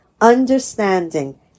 understanding